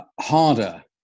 harder